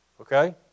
Okay